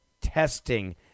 testing